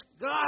God